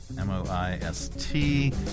m-o-i-s-t